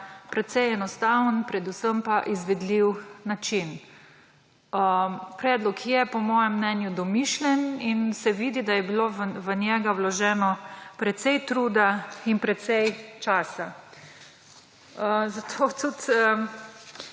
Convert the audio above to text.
precej enostaven in predvsem izvedljiv način. Predlog je po mojem mnenju domišljen in se vidi, da je bilo vanj vloženega precej truda in precej časa. Naj